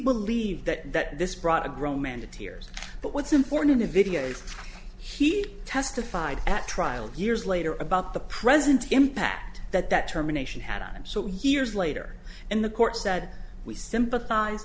believe that this brought a grown man to tears but what's important in a video he testified at trial years later about the present impact that that germination had on him so he years later in the court said we sympathize